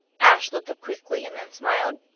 ashe looked up quickly, and then smiled.